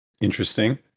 Interesting